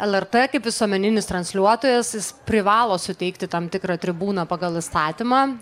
lrt kaip visuomeninis transliuotojas jis privalo suteikti tam tikrą tribūną pagal įstatymą